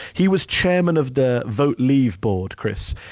he was chairman of the vote leave board, chris.